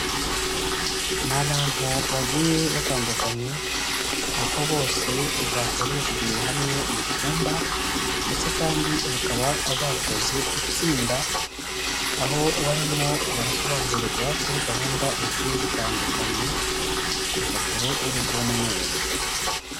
Ni abantu bagiye batandukanye, aho bose bahurijwe hamwe mu cyumba, ndetse kandi bakaba bakoze itsinda aho barimo barasobanurirwa kuri gahunda zigiye zitandukanye, ku rupapuro rw'umweru.